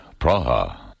Praha